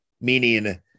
meaning